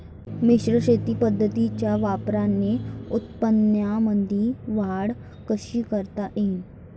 मिश्र शेती पद्धतीच्या वापराने उत्पन्नामंदी वाढ कशी करता येईन?